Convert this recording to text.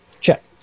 check